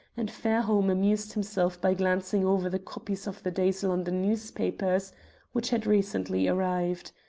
and fairholme amused himself by glancing over the copies of the day's london newspapers which had recently arrived.